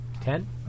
Ten